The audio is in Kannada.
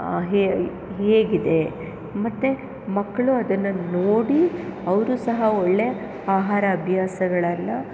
ಹೇ ಹೇಗಿದೆ ಮತ್ತು ಮಕ್ಕಳು ಅದನ್ನು ನೋಡಿ ಅವರು ಸಹ ಒಳ್ಳೆ ಆಹಾರ ಅಭ್ಯಾಸಗಳನ್ನ